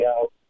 out